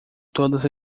todas